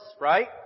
right